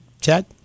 Chad